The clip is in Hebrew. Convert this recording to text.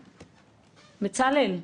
בצלאל,